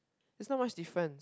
no much different